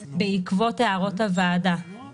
אופנוע" בעקבות הערות הוועדה וכן הוספנו כי הוא פטור מתשלום מס.